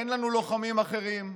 אין לנו לוחמים אחרים,